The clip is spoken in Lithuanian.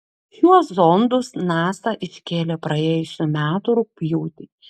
šiuo zondus nasa iškėlė praėjusių metų rugpjūtį